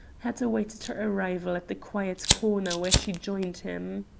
had awaited her arrival at the quiet corner where she joined him.